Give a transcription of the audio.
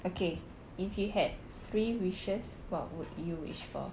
okay if you had three wishes what would you wish for